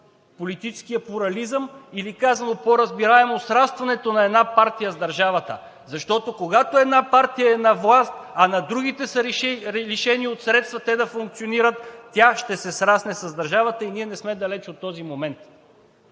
политическият плурализъм, или казано по-разбираемо – срастването на една партия с държавата. Защото, когато една партия е на власт, а другите са лишени от средства да функционират, тя ще се срасне с държавата и ние не сме далеч от този момент.